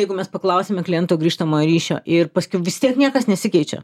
jeigu mes paklausėme kliento grįžtamojo ryšio ir paskiau vis tiek niekas nesikeičia